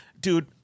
dude